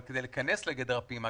אבל כדי להיכנס לגדר הפעימה,